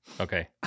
Okay